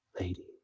lady